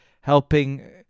helping